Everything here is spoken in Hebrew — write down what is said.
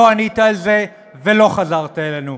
לא ענית על זה ולא חזרת אלינו.